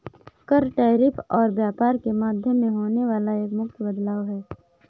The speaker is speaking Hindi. कर, टैरिफ और व्यापार के माध्यम में होने वाला एक मुख्य बदलाव हे